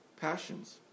passions